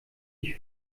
ich